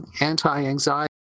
anti-anxiety